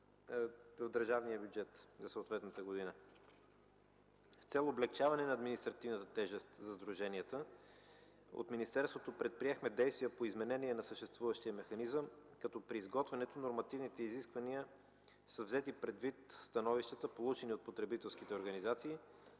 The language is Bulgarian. в държавния бюджет за съответната година. С цел облекчаване на административната тежест за сдруженията от министерството предприехме действия по изменения на съществуващия механизъм, като при изготвянето на нормативните изисквания са взети предвид становищата, получени от потребителските организации,